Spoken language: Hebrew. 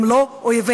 הם לא אויביה,